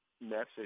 message